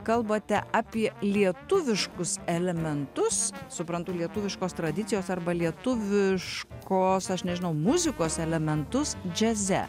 kalbate apie lietuviškus elementus suprantu lietuviškos tradicijos arba lietuviškos aš nežinau muzikos elementus džiaze